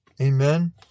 Amen